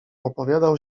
opowiadał